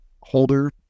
holder